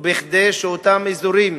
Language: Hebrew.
וכדי שאותם אזורים